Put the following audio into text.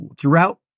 throughout